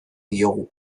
diogu